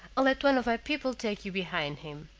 let one of my people take you behind him.